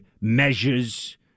measures